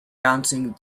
bouncing